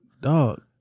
Dog